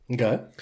Okay